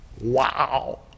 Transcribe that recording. Wow